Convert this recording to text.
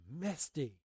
Misty